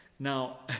Now